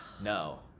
No